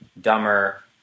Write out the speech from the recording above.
dumber